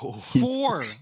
Four